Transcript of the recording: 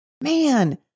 Man